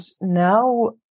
now